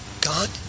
god